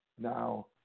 Now